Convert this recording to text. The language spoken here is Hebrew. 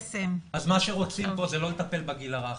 אז מה שרוצים פה זה לא לטפל בגיל הרך,